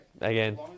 again